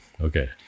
Okay